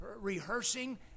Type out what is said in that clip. rehearsing